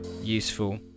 useful